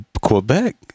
Quebec